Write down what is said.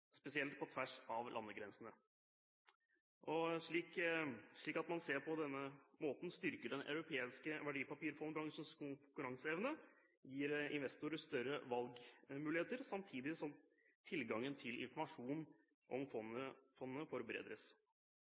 spesielt på tvers av landegrensene, slik at man på den måten styrker den europeiske verdipapirfondbransjens konkurranseevne, gir investorer større valgmuligheter, samtidig som tilgangen til informasjon om